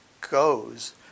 goes